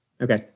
okay